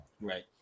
Right